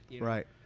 Right